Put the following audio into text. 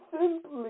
simply